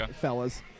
fellas